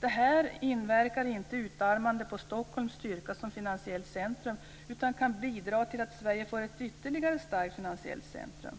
Detta inverkar inte utarmande på Stockholms styrka som finansiellt centrum utan kan bidra till att Sverige får ytterligare ett starkt finansiellt centrum.